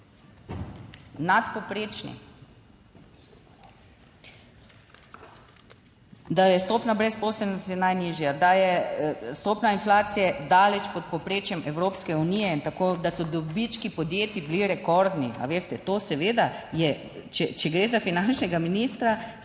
nadpovprečni, da je stopnja brezposelnosti najnižja, da je stopnja inflacije daleč pod povprečjem Evropske unije, da so dobički podjetij bili rekordni. A veste, to seveda je, če gre za finančnega ministra